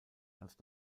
als